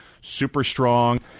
super-strong